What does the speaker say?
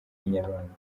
inyarwanda